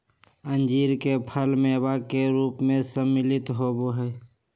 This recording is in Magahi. अंजीर के फल मेवा के रूप में सम्मिलित होबा हई